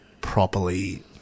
properly